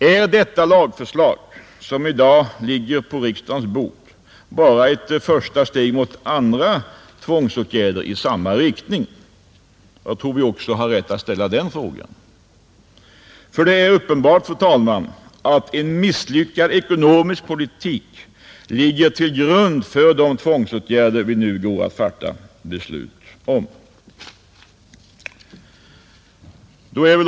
Är det lagförslag som i dag ligger på JÖY vissa arbets riksdagens bord bara ett första steg mot andra tvångsåtgärder i samma riktning? Jag tror vi också har rätt att ställa den frågan. Det är nämligen uppenbart, fru talman, att en misslyckad ekonomisk politik ligger till grund för de tvångsåtgärder som vi nu går att fatta beslut om.